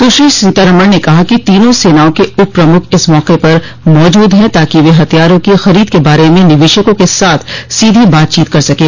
सुश्री सीतारामण ने कहा कि तीनों सेनाओं के उप प्रमुख इस मौके पर मौजूद हैं ताकि वे हथियारों की खरीद के बारे में निवेशकों क साथ सीधी बातचीत कर सकें